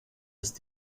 ist